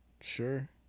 Sure